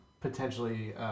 potentially